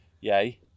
yay